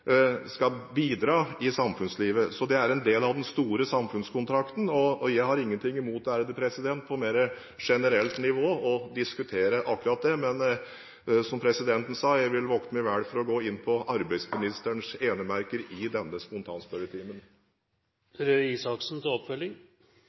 skal bidra i samfunnslivet. Det er en del av den store samfunnskontrakten. Jeg har ingenting imot å diskutere akkurat dette på mer generelt nivå, men som presidenten sa, vil jeg vokte meg vel for å gå inn på arbeidsministerens enemerker i denne spontanspørretimen.